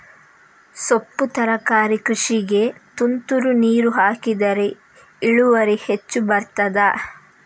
ಸೊಪ್ಪು ತರಕಾರಿ ಕೃಷಿಗೆ ತುಂತುರು ನೀರು ಹಾಕಿದ್ರೆ ಇಳುವರಿ ಹೆಚ್ಚು ಬರ್ತದ?